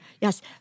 Yes